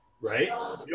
right